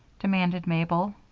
demanded mabel.